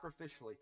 sacrificially